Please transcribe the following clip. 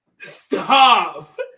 Stop